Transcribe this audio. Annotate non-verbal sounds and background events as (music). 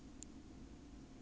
yeah (laughs)